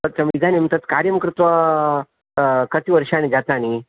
सत्यम् इदानीं तत्कार्यं कृत्वा कति वर्षाणि जातानि